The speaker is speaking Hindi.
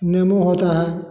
नीबू होता है